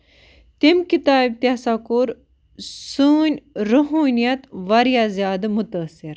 تٔمۍ کِتابہِ تہ ہسا کوٚر سٲنۍ رُحٲنِیت واریاہ زیادٕ مُتٲثِر